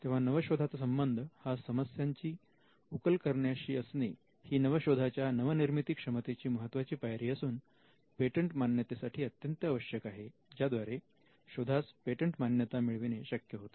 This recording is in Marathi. तेव्हा नवशोधाचा संबंध हा समस्यांची उकल करण्याशी असणे ही नवशोधाच्या नवनिर्मिती क्षमतेची महत्त्वाची पायरी असून पेटंट मान्यतेसाठी अत्यंत आवश्यक आहे ज्याद्वारे शोधास पेटंट मान्यता मिळविणे शक्य होते